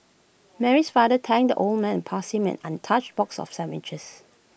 Mary's father thanked the old man and passed him an untouched box of sandwiches